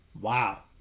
Wow